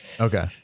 okay